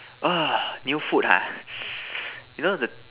new food ah you know the